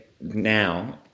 now